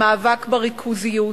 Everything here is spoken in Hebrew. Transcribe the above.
למאבק בריכוזיות,